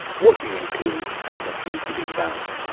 what do you include and what do you leave out?